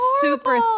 super